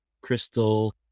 crystal